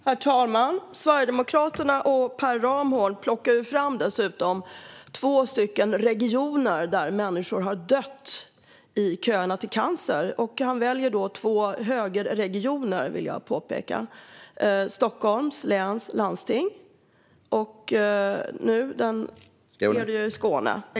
Herr talman! Sverigedemokraterna och Per Ramhorn plockar fram två regioner där människor har dött i cancerköerna. Jag vill påpeka att han valde två högerstyrda regioner, Stockholms läns landsting och Region Skåne.